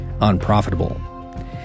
unprofitable